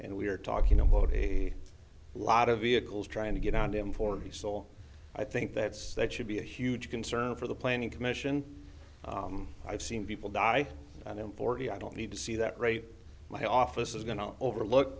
and we're talking about a lot of vehicles trying to get around him for the soul i think that's that should be a huge concern for the planning commission i've seen people die in forty i don't need to see that rate my office is going to over look